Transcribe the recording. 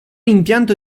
impianto